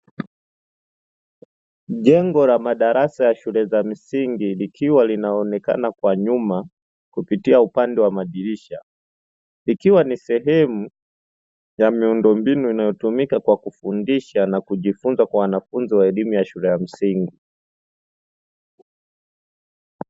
Jengo la madarasa ya shule za msingi likiwa linaonekana kwa nyuma kupitia upande wa madirirsha ikiwa ni sehemu ya miundombinu inayotumika kwa kufundisha na kujifunza kwa wanafunzi wa elimu ya shule ya msingi.